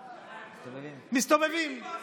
מסתובבים.